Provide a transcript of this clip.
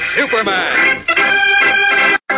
Superman